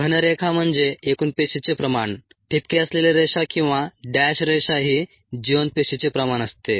घन रेखा म्हणजे एकूण पेशीचे प्रमाण ठिपके असलेली रेषा किंवा डॅश रेषा ही जिवंत पेशीचे प्रमाण असते